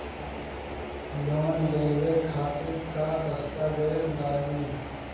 Loan लेवे खातिर का का दस्तावेज लागी?